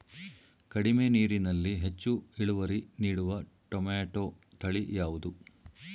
ಕಡಿಮೆ ನೀರಿನಲ್ಲಿ ಹೆಚ್ಚು ಇಳುವರಿ ನೀಡುವ ಟೊಮ್ಯಾಟೋ ತಳಿ ಯಾವುದು?